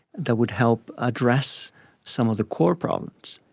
that would help address some of the core problems.